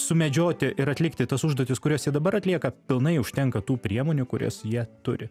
sumedžioti ir atlikti tas užduotis kurias jie dabar atlieka pilnai užtenka tų priemonių kurias jie turi